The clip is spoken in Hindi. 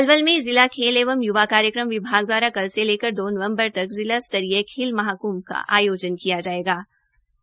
पलवल में जिला खेल एवं युवा कार्यक्रम विभाग द्वारा कल से लेकर दो नवम्बर तक जिला स्तरीय खेल महाक्भ का आयोजन किया जा रहा है